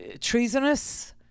treasonous